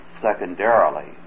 secondarily